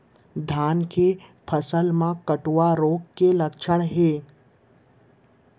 धान के फसल मा कटुआ रोग के लक्षण का हे?